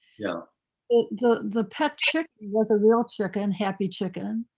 yeah the the pet chick was a real chicken, happy chicken.